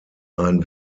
ein